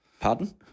Pardon